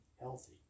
healthy